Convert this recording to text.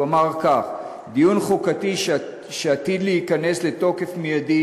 הוא אמר כך: דיון חוקתי שעתיד להיכנס לתוקף מיידי